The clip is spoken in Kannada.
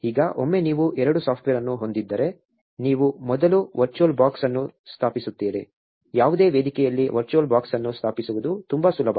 ಈಗ ಒಮ್ಮೆ ನೀವು ಎರಡೂ ಸಾಫ್ಟ್ವೇರ್ ಅನ್ನು ಹೊಂದಿದ್ದರೆ ನೀವು ಮೊದಲು ವರ್ಚುವಲ್ ಬಾಕ್ಸ್ ಅನ್ನು ಸ್ಥಾಪಿಸುತ್ತೀರಿ ಯಾವುದೇ ವೇದಿಕೆಯಲ್ಲಿ ವರ್ಚುವಲ್ ಬಾಕ್ಸ್ ಅನ್ನು ಸ್ಥಾಪಿಸುವುದು ತುಂಬಾ ಸುಲಭ